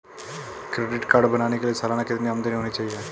Credit card बनाने के लिए सालाना कितनी आमदनी होनी चाहिए?